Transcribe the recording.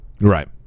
Right